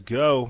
go